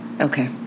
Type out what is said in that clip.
Okay